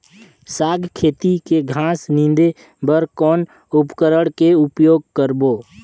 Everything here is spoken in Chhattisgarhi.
साग खेती के घास निंदे बर कौन उपकरण के उपयोग करबो?